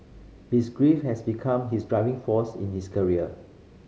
his grief has become his driving force in his career